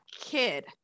kid